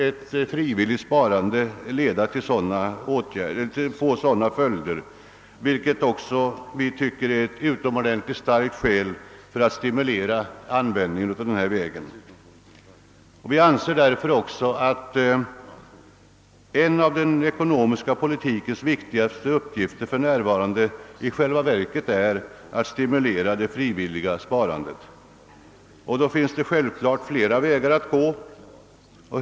Ett frivilligt sparande kan däremot aldrig få sådana följder, och detta är ett utomordentligt starkt skäl till att stimulera användningen av detta sparande. Vi anser därför, att en av den ekonomiska politikens viktigaste uppgifter för närvarande i själva verket är att stimulera det frivilliga sparandet. Därvid finns det självfallet flera vägar att gå.